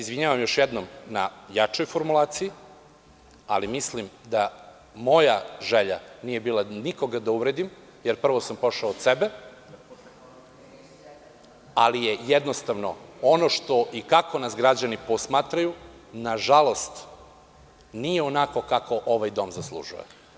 Izvinjavam se još jednom na jačoj formulaciji, ali mislim da moja želja nije bila nikoga da uvredim, jer prvo sam pošao od sebe, ali je jednostavno ono što i kako nas građani posmatraju nažalost nije onako kako ovaj dom zaslužuje.